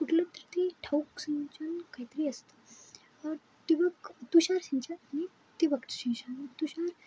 कुठल ब तर त ठाऊक सिंचन काहीतरी असतं ठिबक तुषार सिंचन आणि ठिबक सिंचन तुषार